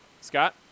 Scott